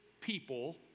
people